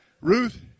Ruth